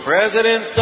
President